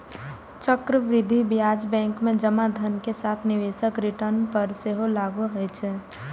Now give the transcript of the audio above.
चक्रवृद्धि ब्याज बैंक मे जमा धन के साथ निवेशक रिटर्न पर सेहो लागू होइ छै